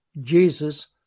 Jesus